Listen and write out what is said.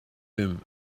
him